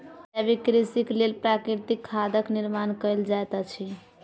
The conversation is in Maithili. जैविक कृषिक लेल प्राकृतिक खादक निर्माण कयल जाइत अछि